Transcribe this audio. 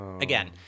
Again